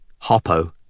Hoppo